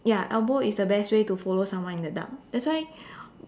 ya elbow is the best way to follow someone in the dark that's why